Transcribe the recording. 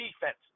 defense